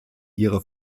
ihre